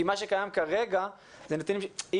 כי מהנתונים כרגע 80 ומשהו אחוז של יותר מיומיים,